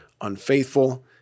unfaithful